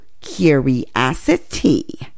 curiosity